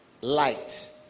light